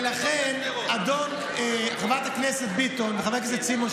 ולכן חברת הכנסת ביטון וחבר הכנסת סימון,